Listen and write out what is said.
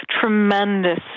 tremendous